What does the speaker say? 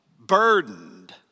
burdened